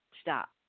Stop